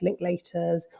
Linklaters